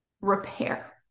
repair